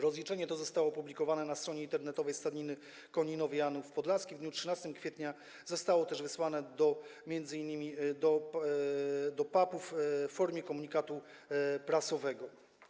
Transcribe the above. Rozliczenie to zostało opublikowane na stronie internetowej Stadniny Koni Janów Podlaski w dniu 14 kwietnia, zostało też wysłane m.in. do PAP-u w formie komunikatu prasowego.